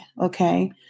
Okay